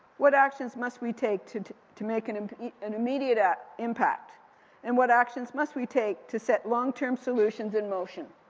what actions must we take to to make an um an immediate ah impact and what actions must we take to set long term solutions in motion?